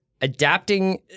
adapting